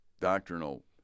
doctrinal